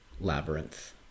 Labyrinth